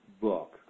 book